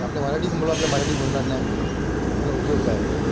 क्या आपले मराठीच मुलं आपल्या मराठी बोलणार नाही तर उपयोग काय मग